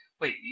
wait